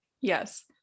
Yes